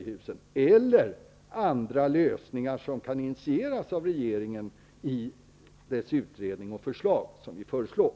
Det finns också andra lösningar som kan initieras av regeringen genom de utredningar och förslag som vi förespråkar.